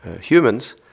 humans